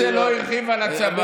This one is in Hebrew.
הרצל לא הרחיב על הצבא.